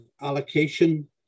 allocation